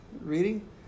reading